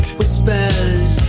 Whispers